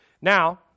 Now